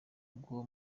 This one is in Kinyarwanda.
bw’uwo